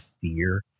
fear